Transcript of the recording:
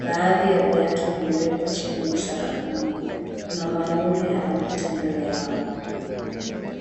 Baadhi ya viatu vimewekwa chini sakafuni. Kuna mwanaume anapita mbele yao.